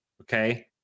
Okay